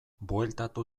bueltatu